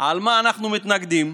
על מה אנחנו מתנגדים.